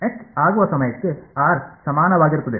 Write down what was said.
H ಆಗುವ ಸಮಯಕ್ಕೆ r ಸಮಾನವಾಗಿರುತ್ತದೆ